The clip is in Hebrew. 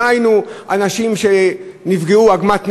דהיינו, אנשים שנפגעו, בעוגמת נפש,